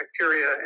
bacteria